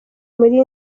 muri